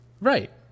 Right